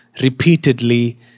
repeatedly